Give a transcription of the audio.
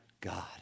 God